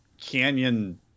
Canyon